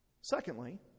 Secondly